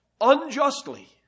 unjustly